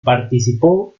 participó